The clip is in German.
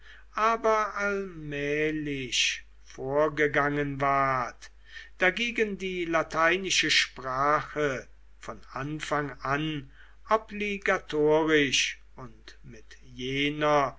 aber allmählich vorgegangen ward dagegen die lateinische sprache von anfang an obligatorisch und mit jener